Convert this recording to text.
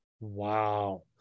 Wow